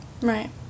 Right